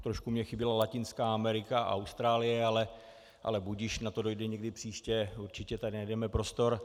Trochu mi chyběla Latinská Amerika a Austrálie, ale budiž, na to dojde někdy příště, určitě tady najdeme prostor.